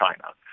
China